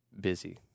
busy